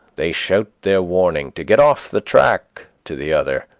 they shout their warning to get off the track to the other,